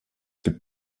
gibt